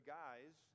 guys